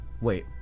Wait